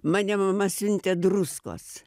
mane mama siuntė druskos